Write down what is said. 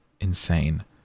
Insane